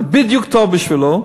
זה בדיוק טוב בשבילו.